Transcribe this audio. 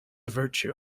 virtue